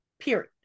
period